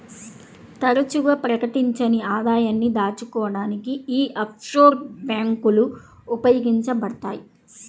తరచుగా ప్రకటించని ఆదాయాన్ని దాచుకోడానికి యీ ఆఫ్షోర్ బ్యేంకులు ఉపయోగించబడతయ్